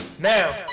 Now